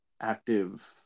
active